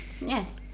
Yes